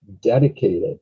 dedicated